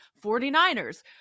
49ers